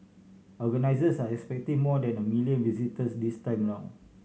organisers are expecting more than a million visitors this time round